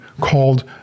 called